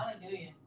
Hallelujah